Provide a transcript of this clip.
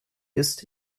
ist